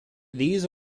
these